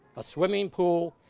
a swimming pool,